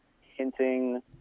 hinting